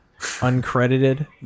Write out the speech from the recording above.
uncredited